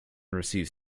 receive